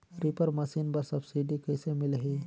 Reaper machine बर subsidy कइसे मिलही?